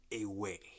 away